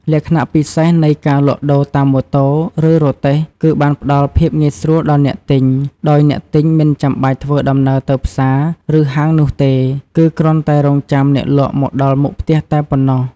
លក្ខណៈពិសេសនៃការលក់ដូរតាមម៉ូតូ ឬរទេះគឺបានផ្ដល់ភាពងាយស្រួលដល់អ្នកទិញ ដោយអ្នកទិញមិនចាំបាច់ធ្វើដំណើរទៅផ្សារ ឬហាងនោះទេ គឺគ្រាន់តែរង់ចាំអ្នកលក់មកដល់មុខផ្ទះតែប៉ុណ្ណោះ។